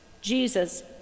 Jesus